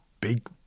big